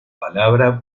palabra